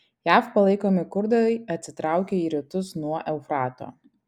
jav palaikomi kurdai atsitraukė į rytus nuo eufrato